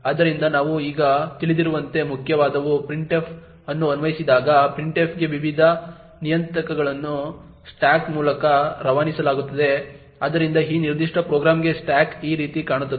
ಆದ್ದರಿಂದ ನಾವು ಈಗ ತಿಳಿದಿರುವಂತೆ ಮುಖ್ಯವಾದವು printf ಅನ್ನು ಆಹ್ವಾನಿಸಿದಾಗ printf ಗೆ ವಿವಿಧ ನಿಯತಾಂಕಗಳನ್ನು ಸ್ಟಾಕ್ ಮೂಲಕ ರವಾನಿಸಲಾಗುತ್ತದೆ ಆದ್ದರಿಂದ ಈ ನಿರ್ದಿಷ್ಟ ಪ್ರೋಗ್ರಾಂಗೆ ಸ್ಟಾಕ್ ಈ ರೀತಿ ಕಾಣುತ್ತದೆ